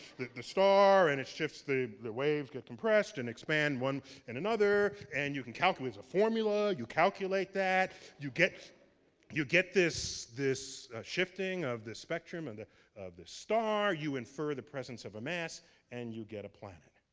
the star and it shifts, the the waves get compressed and expand one and another and you can calculate, there's formula, you calculate that, you get you get this this shifting of the spectrum and of the star, you infer the presence of a mass and you get a planet.